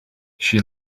she